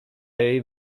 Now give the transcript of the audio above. jej